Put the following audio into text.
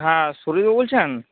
হ্যাঁ সলিলবাবু বলছেন